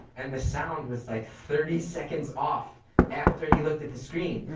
and the sound was like thirty seconds off after he looked at the screen.